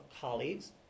colleagues